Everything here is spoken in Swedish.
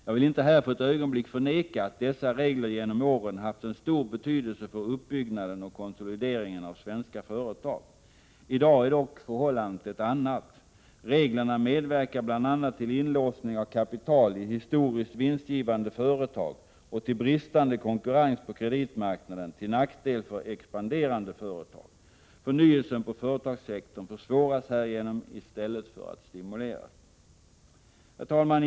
Jag vill inte här för ett ögonblick förneka att dessa regler genom åren har haft en stor betydelse för uppbyggnaden och konsolideringen av svenska företag. I dag är dock förhållandet ett annat. Reglerna medverkar bl.a. till inlåsning av kapital i historiskt vinstgivande företag och till brist på konkurrens på kreditmarknaden till nackdel för expanderande företag. Förnyelsen på företagssektorn försvåras härigenom i stället för att stimuleras. Herr talman!